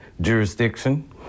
jurisdiction